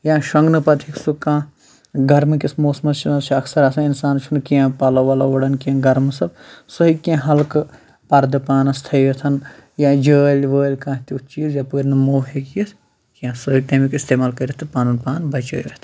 یا شۄنٛگنہٕ پَتہٕ یُس سُہ کانٛہہ گَرمہٕ کِس موسَمس چھُ اکثر آسان اِنسان چھُنہٕ کیٚنٛہہ پَلو وَلو وُڑان کیٚنٛہہ گَرم سب سُہ ہیٚکہِ کیٚنٛہہ ہلکہٕ پَردٕ پانس تھٲوِتھ یاجٲلۍ وٲلۍ کانٛہہ تیُتھ چیٖز یَپٲرۍ نہٕ موٚہ ہیٚکہِ یِتھ کیٚنٛہہ سُہ ہیٚکہِ تَمیُک اِستعمال کٔرِتھ تہٕ پَنُن پان بَچٲوِتھ